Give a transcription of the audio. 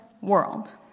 world